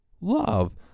love